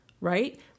right